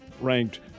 ranked